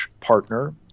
partner